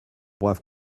brave